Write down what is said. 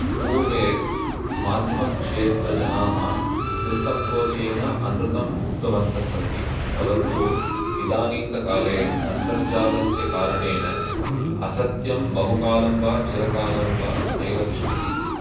पूर्वे माध्यमक्षेत्रजनाः निस्संकोचेन अनृतं उक्तवन्तस्सन्ति परन्तु इदानींतनकाले अन्तर्जालस्य कारणेन असत्यं बहुकालं वा चिरकालं वा नैव तिष्ठति